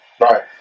Right